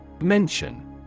Mention